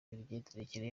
imigendekere